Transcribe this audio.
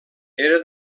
era